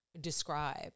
describe